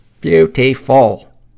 Beautiful